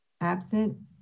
Absent